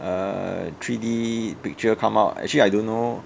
err three D picture come out actually I don't know